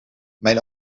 mijn